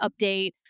update